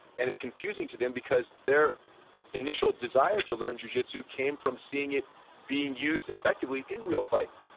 and it's confusing to them because their initial desire to learn jujitsu came from seeing it being used effectively in real fights.